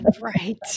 Right